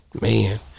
man